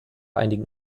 einigen